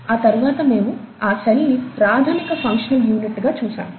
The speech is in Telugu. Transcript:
ఆ తరువాతమేము ఆ సెల్ ని ప్రాథమిక ఫంక్షనల్ యూనిట్గా చూశాము